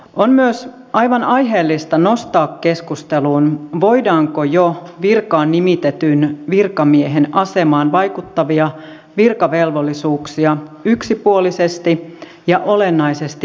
on myös aivan aiheellista nostaa keskusteluun voidaanko jo virkaan nimitetyn virkamiehen asemaan vaikuttavia virkavelvollisuuksia yksipuolisesti ja olennaisesti muuttaa